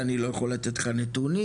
אני לא יכול לתת לך נתונים,